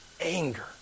anger